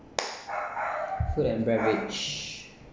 food and beverage